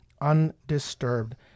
undisturbed